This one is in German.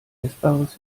essbares